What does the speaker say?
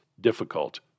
difficult